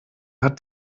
hat